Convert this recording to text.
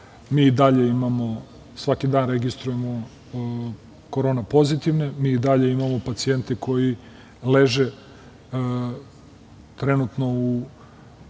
i dalje imamo, svaki dan registrujemo korona pozitivne. I dalje imamo pacijente koji leže trenutno u